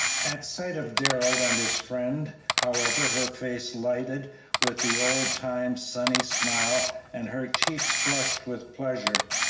at sight of darrell and his friend, however, her face lighted with the old-time, sunny smile and her cheeks flushed with pleasure.